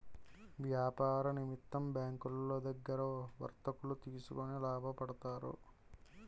వ్యాపార నిమిత్తం బ్యాంకులో దగ్గర వర్తకులు తీసుకొని లాభపడతారు